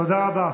תודה רבה.